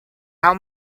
how